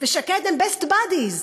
ושקד הם best bodies,